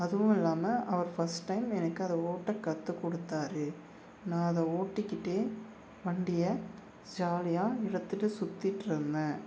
அதுவும் இல்லாமல் அவர் ஃபர்ஸ்ட் டைம் எனக்கு அதை ஓட்டக் கற்று கொடுத்தாரு நான் அதை ஓட்டிக்கிட்டே வண்டியை ஜாலியாக எடுத்துட்டு சுத்திட்டுருந்தேன்